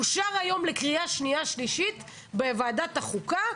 אושר היום לקריאה שנייה ושלישית בוועדת החוקה.